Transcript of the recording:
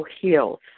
heals